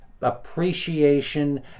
appreciation